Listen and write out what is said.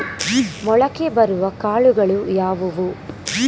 ಮೊಳಕೆ ಬರುವ ಕಾಳುಗಳು ಯಾವುವು?